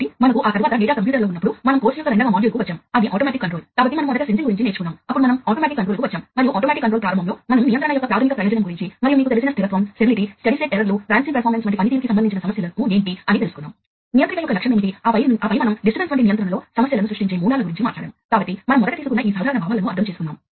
కాబట్టి ఇప్పుడు ప్లాంట్ వ్యాప్తంగా సమన్వయ కార్యకలాపాలను చాలా తేలికగా అమలు చేయవచ్చు కనుక మీరు సమన్వయం చేసుకోవచ్చు మీకు ఒక దుకాణం మరొక దుకాణంలోకి సరఫరా చేస్తుందని అనుకుందాం లేదా మీకు ఒక అసెంబ్లీ స్టేషన్ ఉంది అది మరొక అసెంబ్లీ స్టేషన్ను బలపరుస్తుంది అని అనుకుందాం